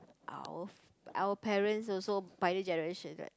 our parents also pioneer generation right